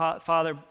Father